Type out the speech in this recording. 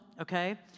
okay